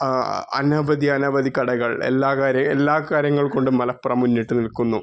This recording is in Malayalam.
അനവധി അനവധി കടകൾ എല്ലാ കാര്യം എല്ലാ കാര്യങ്ങൾ കൊണ്ടും മലപ്പുറം മുന്നിട്ട് നിൽക്കുന്നു